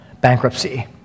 bankruptcy